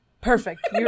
Perfect